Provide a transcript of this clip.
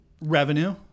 revenue